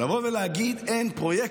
אבל לבוא ולהגיד: אין פרויקטור,